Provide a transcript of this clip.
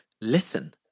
listen